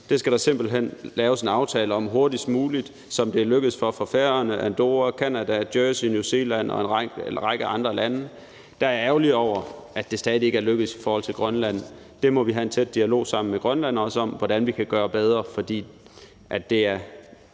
Det skal der simpelt hen laves en aftale om hurtigst muligt, som det er lykkedes for for Færøerne, Andorra, Canada, Jersey, New Zealand og en række andre lande. Jeg er ærgerlig over, at det stadig ikke er lykkedes i forhold til Grønland, og det må vi have en tæt dialog med Grønland om, altså hvordan vi kan gøre det bedre, for det er